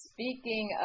Speaking